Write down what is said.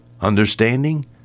understanding